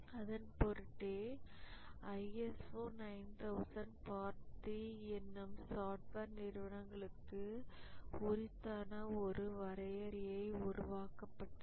அதன் பொருட்டே ISO 9000 part 3 என்னும் சாஃப்ட்வேர் நிறுவனங்களுக்கு உரித்தான ஒரு வரையறையை உருவாக்கப்பட்டது